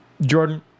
Jordan